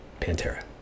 Pantera